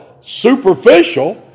superficial